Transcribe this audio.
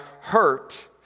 hurt